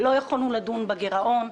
לא יכולנו לדון בגירעון,